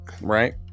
right